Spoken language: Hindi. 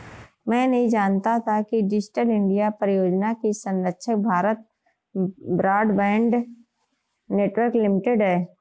मैं नहीं जानता था कि डिजिटल इंडिया परियोजना की संरक्षक भारत ब्रॉडबैंड नेटवर्क लिमिटेड है